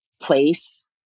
place